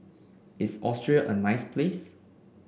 is Austria a nice place